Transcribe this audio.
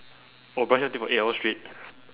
oh brush your teeth for eight hours straight